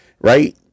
right